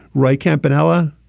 ray campanella.